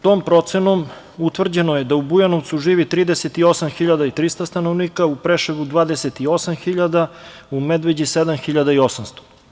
Tom procenom utvrđeno je da u Bujanovcu živi 38.300 stanovnika, u Preševu 28.000, u Medveđi 7.800.